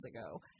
ago